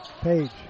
Page